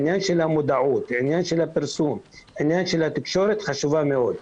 העניין של המודעות והפרסום והתקשורת חשובים מאוד.